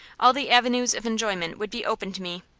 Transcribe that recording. all the avenues of enjoyment would be open to me.